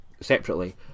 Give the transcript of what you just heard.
separately